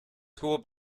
school